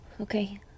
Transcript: Okay